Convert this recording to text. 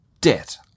debt